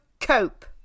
cope